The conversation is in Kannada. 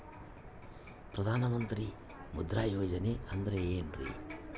ಪ್ರಧಾನ ಮಂತ್ರಿ ಮುದ್ರಾ ಯೋಜನೆ ಅಂದ್ರೆ ಏನ್ರಿ?